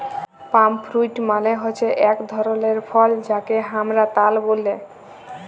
পাম fruit মালে হচ্যে এক ধরলের ফল যাকে হামরা তাল ব্যলে